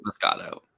Moscato